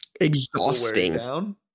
exhausting